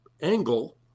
angle